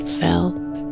felt